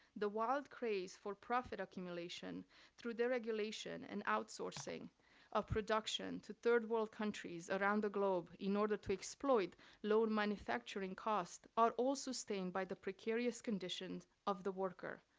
the wild craze for profit accumulation through the regulation and outsourcing of production to third world countries around the globe in order to exploit low manufacturing cost are also staying by the precarious conditions of the worker.